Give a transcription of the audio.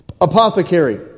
Apothecary